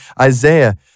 Isaiah